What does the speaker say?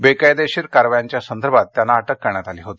बेकायदा कारवायांसदर्भात त्यांना अटक करण्यात आली होती